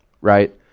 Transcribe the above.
right